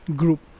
group